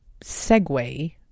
segue